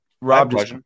Rob